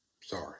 Sorry